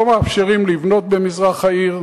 לא מאפשרים לבנות במזרח העיר,